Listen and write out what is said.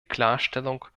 klarstellung